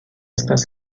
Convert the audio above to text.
estas